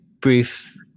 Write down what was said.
brief